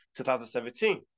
2017